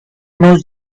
knows